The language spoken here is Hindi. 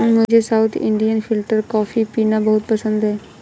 मुझे साउथ इंडियन फिल्टरकॉपी पीना बहुत पसंद है